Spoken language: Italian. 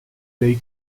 dei